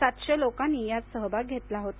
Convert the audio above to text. सातशे लोकांनी यात सहभाग घेतला होता